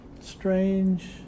strange